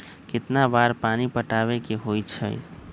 कितना बार पानी पटावे के होई छाई?